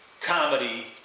comedy